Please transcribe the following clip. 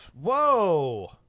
Whoa